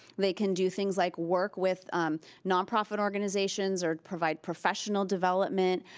they can do things like work with nonprofit organizations or provide professional development.